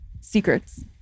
secrets